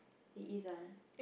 it isn't